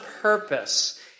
purpose